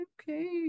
okay